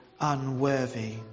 unworthy